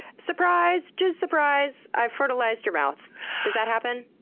surprise! jizz surprise! i've fertilized your mouth! does that happen?